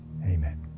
Amen